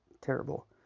terrible